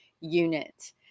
unit